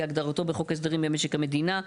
כהגדרתו בחוק הסדרים במשק המדינה (תיקוני חקיקה),